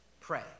Pray